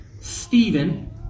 Stephen